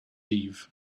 eve